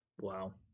Wow